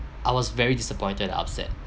I was very disappointed and upset